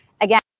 again